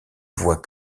voit